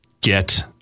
get